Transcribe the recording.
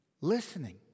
listening